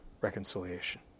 reconciliation